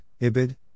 IBID